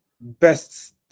best